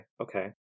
okay